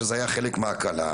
שזה היה חלק מההקלה,